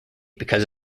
because